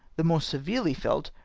the more severely felt,